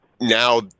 now